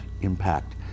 impact